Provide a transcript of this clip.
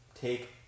take